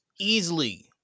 easily